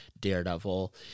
Daredevil